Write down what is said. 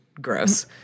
gross